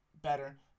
better